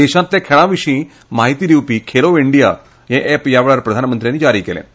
देशांतल्या खेळा विशीं माहिती दिवपी खेलो इंडिया एप ह्या वेळार प्रधानमंत्र्यानी जारी केलें